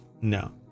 No